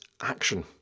action